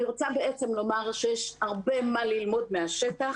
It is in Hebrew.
אני רוצה לומר שיש הרבה מה ללמוד מהשטח